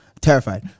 terrified